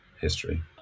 history